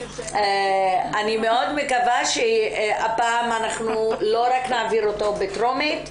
אני מאוד מקווה שהפעם אנחנו לא רק נעביר אותו בטרומית,